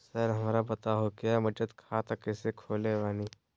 Sir हमरा बताओ क्या बचत खाता कैसे खोले बानी?